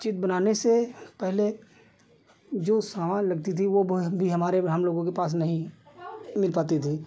चित्र बनाने से पहले जो सामान लगता था वह वह भी हमारे हमलोगों के पास नहीं मिल पाता था